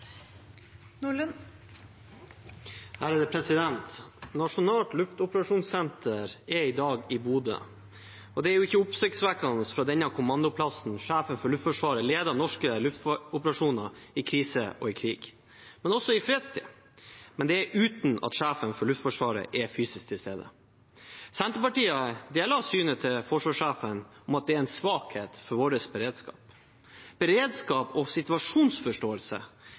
i dag i Bodø, og det er ikke oppsiktsvekkende at det er fra denne kommandoplassen sjefen for Luftforsvaret leder norske luftoperasjoner i krise og krig, men også i fredstid – og det uten at sjefen for Luftforsvaret er fysisk til stede. Senterpartiet deler synet til forsvarssjefen om at det er en svakhet ved vår beredskap. Beredskap og situasjonsforståelse